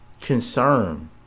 concern